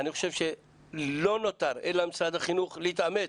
אני חושב שלא נותר אלא למשרד החינוך להתאמץ,